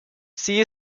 sie